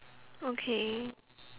okay